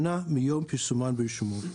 שנה מיום פרסומן ברשומות.